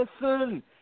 Listen